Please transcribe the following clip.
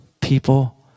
people